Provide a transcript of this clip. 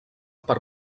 per